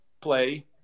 play